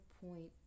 point